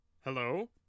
Hello